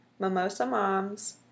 mimosamoms